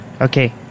Okay